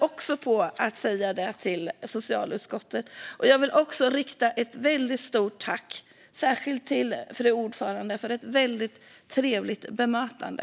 Jag passar på att säga det även till socialutskottet, och jag vill rikta ett stort tack särskilt till fru ordföranden för ett väldigt trevligt bemötande.